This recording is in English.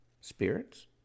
spirits